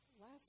last